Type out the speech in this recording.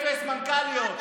אפס מנכ"ליות.